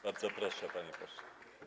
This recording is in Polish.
Bardzo proszę, panie pośle.